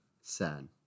Sad